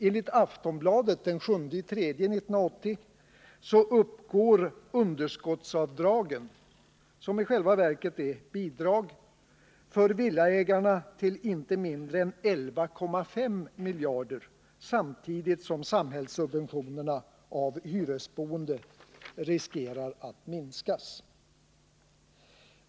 Enligt Aftonbladet den 7 mars i år uppgår underskottsavdragen — som i själva verket är bidrag — för villaägarna till inte mindre än 11,5 miljarder samtidigt som samhällssubventionerna av hyresboendet riskerar att minska.